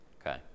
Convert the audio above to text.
Okay